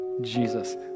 Jesus